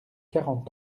quarante